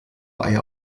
eier